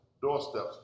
Doorsteps